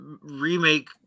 remake